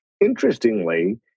Interestingly